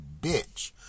bitch